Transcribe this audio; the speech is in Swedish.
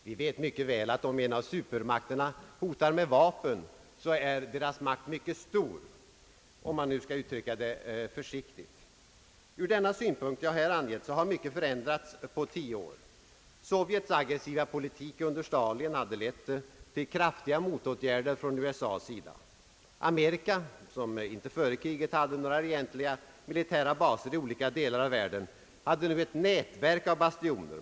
Vi vet mycket väl att om en av supermakterna hotar. med vapen, så är dess makt mycket stor, om man skall uttrycka det försiktigt. Ur den syn-. punkt som jag här angett har mycket förändrats på tio år. Sovjets aggressiva. politik under Stalin hade lett till kraftiga motåtgärder från USA:s sida. Amerika, som inte före kriget ..haft några egentliga militära baser i andra delar. av världen, hade nu ett nätverk. av hastioner.